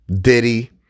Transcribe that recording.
Diddy